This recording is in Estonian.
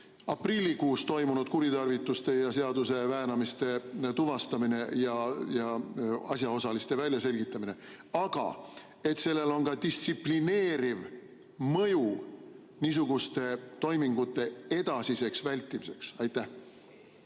aprillikuus toimunud kuritarvituste ja seaduseväänamise tuvastamine ja asjaosaliste väljaselgitamine, aga sellel on ka distsiplineeriv mõju niisuguste toimingute edasiseks vältimiseks. Aitäh,